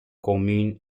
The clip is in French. commune